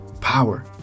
power